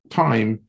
time